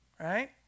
right